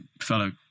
fellow